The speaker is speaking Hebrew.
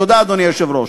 תודה, אדוני היושב-ראש.